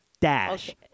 dash